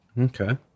Okay